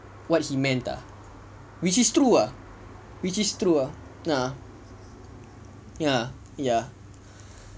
what he meant ah which is true ah which is true ah ah ya ya